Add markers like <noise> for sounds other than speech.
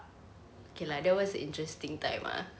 okay lah that was an interesting time ah <laughs>